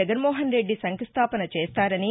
జగన్మోహన్ రెడ్డి శంకుస్థాపన చేస్తారని